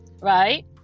right